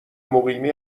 مقیمی